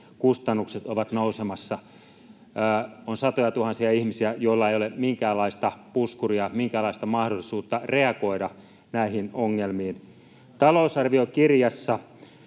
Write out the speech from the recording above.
kustannukset ovat nousemassa. On satojatuhansia ihmisiä, joilla ei ole minkäänlaista puskuria, minkäänlaista mahdollisuutta reagoida näihin ongelmiin. Talousarviokirjassa